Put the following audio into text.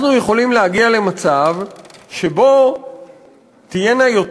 אנחנו יכולים להגיע למצב שבו תהיינה יותר